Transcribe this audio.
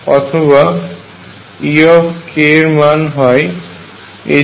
অথবা E এর মান হয় 2k22m